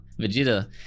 Vegeta